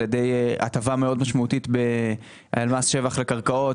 על ידי הטבה מאוד משמעותית על מס שבח לקרקעות.